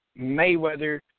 Mayweather